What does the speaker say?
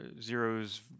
Zero's